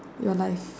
your life